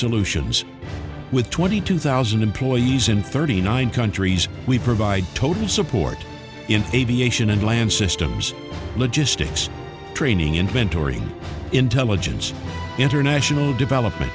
solutions with twenty two thousand employees in thirty nine countries we provide total support in aviation and land systems logistics training inventory intelligence international development